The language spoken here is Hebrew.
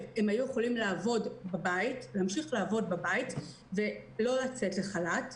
הם היו יכולים להמשיך לעבוד בבית ולא לצאת לחל"ת,